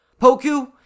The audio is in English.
poku